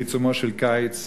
בעיצומו של קיץ,